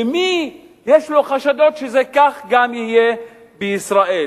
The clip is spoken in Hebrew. ומי יש לו חשדות שזה כך גם יהיה בישראל.